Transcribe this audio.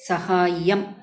सहाय्यम्